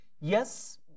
Yes